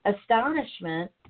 astonishment